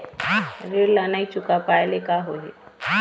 ऋण ला नई चुका पाय ले का होही?